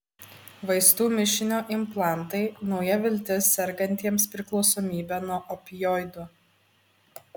vaistų mišinio implantai nauja viltis sergantiems priklausomybe nuo opioidų